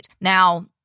Now